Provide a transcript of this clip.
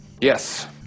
Yes